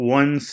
one